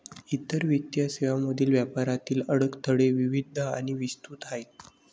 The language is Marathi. इतर वित्तीय सेवांमधील व्यापारातील अडथळे विविध आणि विस्तृत आहेत